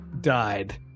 died